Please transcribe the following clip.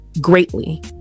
greatly